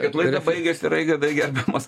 kaip laida baigiasi raigardai gerbiamas